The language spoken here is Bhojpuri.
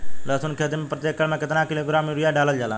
लहसुन के खेती में प्रतेक एकड़ में केतना किलोग्राम यूरिया डालल जाला?